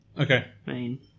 Okay